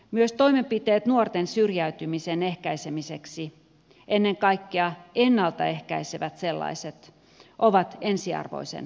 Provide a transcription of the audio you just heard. myös toimenpiteet nuorten syrjäytymisen ehkäisemiseksi ennen kaikkea ennalta ehkäisevät sellaiset ovat ensiarvoisen tärkeitä